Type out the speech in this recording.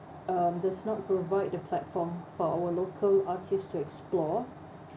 does not provide the platform for our local artists to explore